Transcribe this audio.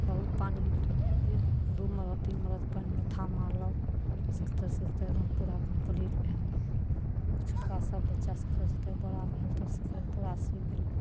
बहुत पानि एक दू मरत तीन मरत पानिमे था मारलक सिखतइ सीखतइ एकदम पूरा कम्प्लीट भए गेल छोटका सब बच्चा सिखतइ सीखतइ बड़ा भेल तऽ सिखल पूरा सीख गेल